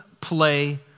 play